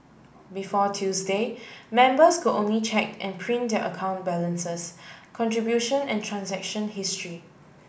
before Tuesday members could only check and print their account balances contribution and transaction history